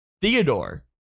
Theodore